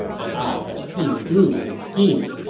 but i have seen through his scheme!